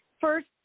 First